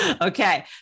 Okay